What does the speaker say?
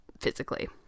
physically